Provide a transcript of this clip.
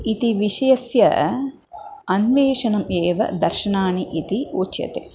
इति विषयस्य अन्वेषणम् एव दर्शनानि इति उच्यते